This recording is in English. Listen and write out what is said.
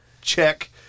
check